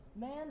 man